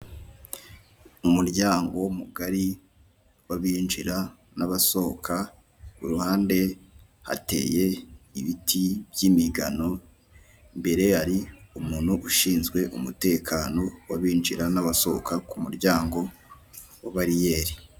Umuryango mugari w'abinjira n'abasohoka ku ruhande hateye ibiti by'imigano, imbere hari umuntu ushinzwe umutekano w'abinjira n'abasohoka ku muryango wa bariyeri.